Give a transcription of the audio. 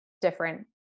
different